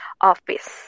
office